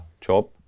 job